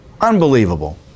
Unbelievable